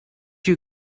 you